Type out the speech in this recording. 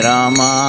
Rama